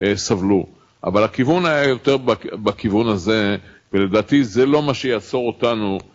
סבלו. אבל הכיוון היה יותר בכיוון הזה, ולדעתי זה לא מה שיעצור אותנו